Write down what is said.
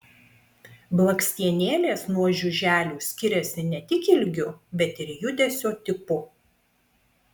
blakstienėlės nuo žiuželių skiriasi ne tik ilgiu bet ir judesio tipu